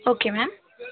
okay ma'am